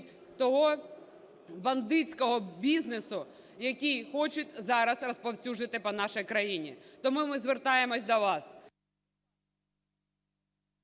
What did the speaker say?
того бандитського бізнесу, який хочуть зараз розповсюдити по нашій країні. Тому ми звертаємось до вас…